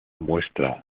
muestra